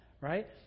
right